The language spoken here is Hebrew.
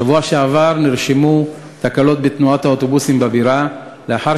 בשבוע שעבר נרשמו תקלות בתנועת האוטובוסים בבירה לאחר